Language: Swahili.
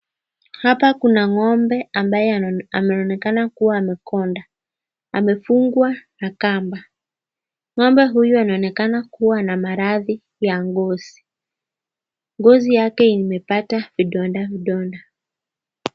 Hapa kuna ng'ombe ambaye anaonekana kuwa amekonda amefungwa na kamba ng'ombe huyu anaonekana kuwa ana maradhi ya ngozi, ngozi yake imepata vidonda vidonda .